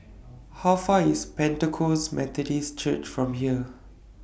How Far IS Pentecost Methodist Church from here